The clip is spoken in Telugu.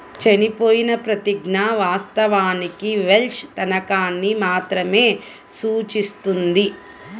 చనిపోయిన ప్రతిజ్ఞ, వాస్తవానికి వెల్ష్ తనఖాని మాత్రమే సూచిస్తుంది